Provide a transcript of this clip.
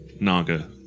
Naga